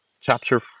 chapter